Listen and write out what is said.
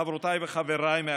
חברותיי וחבריי מהקואליציה,